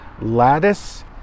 lattice